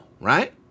Right